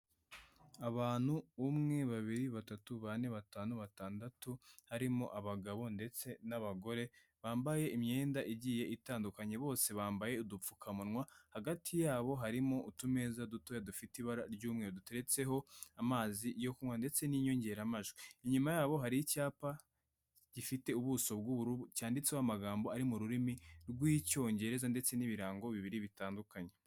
Abantu umwe, babiri, batatu, bane, batanu, batandatu, harimo abagabo ndetse n'abagore bambaye imyenda igiye itandukanye, bose bambaye udupfukamunwa hagati ya bo harimo utumeza dutoya dufite ibara ry'umweru duteretseho amazi yo kunywa ndetse n'inyongeramajwi. inyuma ya bo hari icyapa gifite ubuso bw'ubururu cyanditseho amagambo ari mu rurimi rw'icyongereza ndetse n'ibirango bibiri bitandukanye.